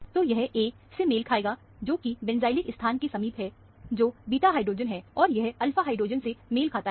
तो यह A से मेल खाएगा जोकि बेंजाइलिक स्थान के समीप है जो बीटा हाइड्रोजन है और यह अल्फा हाइड्रोजन से मेल खाता है